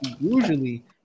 usually